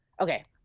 Okay